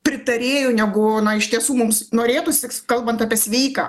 pritarėjų negu iš tiesų mums norėtųsi kalbant apie sveiką